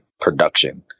production